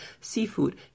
seafood